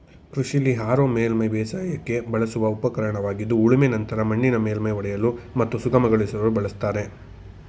ಕೃಷಿಲಿ ಹಾರೋ ಮೇಲ್ಮೈ ಬೇಸಾಯಕ್ಕೆ ಬಳಸುವ ಉಪಕರಣವಾಗಿದ್ದು ಉಳುಮೆ ನಂತರ ಮಣ್ಣಿನ ಮೇಲ್ಮೈ ಒಡೆಯಲು ಮತ್ತು ಸುಗಮಗೊಳಿಸಲು ಬಳಸ್ತಾರೆ